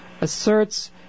asserts